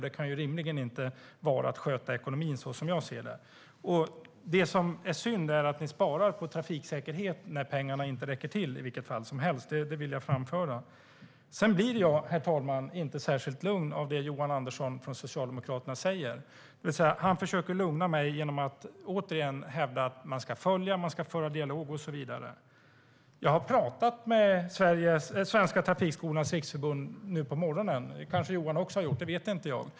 Det kan rimligen inte vara att sköta ekonomin, som jag ser det. Det som är synd är att ni sparar på trafiksäkerhet när pengarna inte räcker till i vilket fall som helst, och det vill jag framföra. Jag har pratat med Sveriges Trafikskolors Riksförbund nu på morgonen, och det kanske Johan också har gjort. Det vet inte jag.